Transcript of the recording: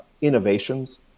innovations